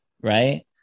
Right